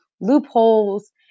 loopholes